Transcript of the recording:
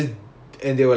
oh